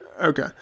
Okay